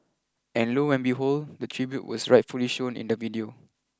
and low and behold the tribute was rightfully shown in the video